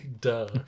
Duh